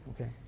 okay